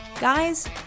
Guys